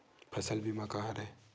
फसल बीमा का हरय?